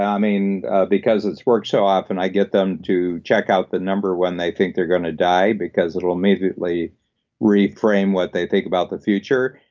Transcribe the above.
um and because it's worked so often, i get them to check out the number when they think they're going to die, because it'll immediately reframe what they think about the future.